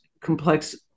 complex